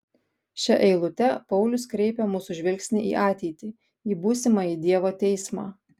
šia eilute paulius kreipia mūsų žvilgsnį į ateitį į būsimąjį dievo teismą